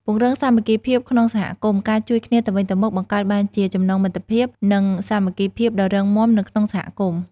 ពង្រឹងសាមគ្គីភាពក្នុងសហគមន៍ ការជួយគ្នាទៅវិញទៅមក បង្កើតបានជាចំណងមិត្តភាព និងសាមគ្គីភាពដ៏រឹងមាំនៅក្នុងសហគមន៍។